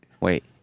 Wait